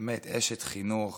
באמת, אשת חינוך